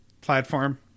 platform